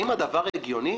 האם הדבר הגיוני?